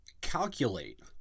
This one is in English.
calculate